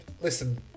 Listen